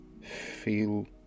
feel